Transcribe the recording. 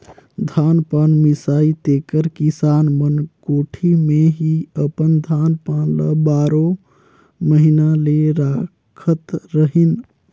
धान पान मिसाए तेकर किसान मन कोठी मे ही अपन धान पान ल बारो महिना ले राखत रहिन